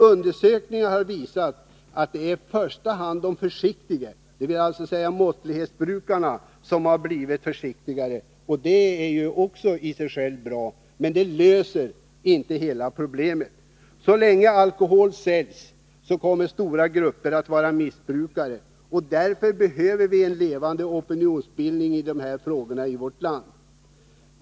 Undersökningar har visat att det i första hand är de försiktiga — måttlighetsbrukarna — som har blivit försiktigare. Det är i sig självt bra, men det löser inte hela problemet. Så länge alkohol säljs kommer stora grupper att vara missbrukare. Därför behöver vi en levande opinionsbildning i dessa frågor i vårt land.